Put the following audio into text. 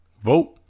Vote